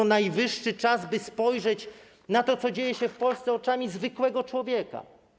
To najwyższy czas, by spojrzeć na to, co dzieje się w Polsce, oczami zwykłego człowieka.